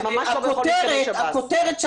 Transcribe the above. אני מוכנה ללכת לפרוטוקול.